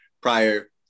prior